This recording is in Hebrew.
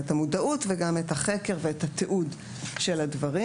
את המודעות וגם את החקר ואת התיעוד של הדברים.